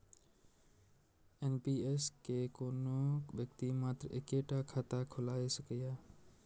NPS मे कोनो व्यक्ति मात्र एक्के टा खाता खोलाए सकैए